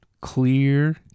clear